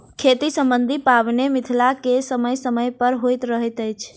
खेती सम्बन्धी पाबैन मिथिला मे समय समय पर होइत रहैत अछि